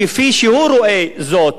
כפי שהוא רואה זאת,